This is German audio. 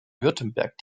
württemberg